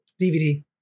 DVD